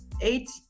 eight